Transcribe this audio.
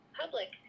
public